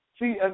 See